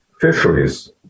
Fisheries